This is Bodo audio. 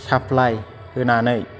साप्लाय होनानै